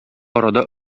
арада